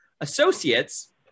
associates